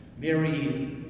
Mary